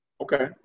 Okay